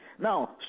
Now